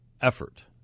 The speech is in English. effort